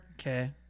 Okay